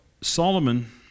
Solomon